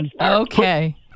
Okay